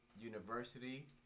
University